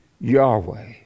Yahweh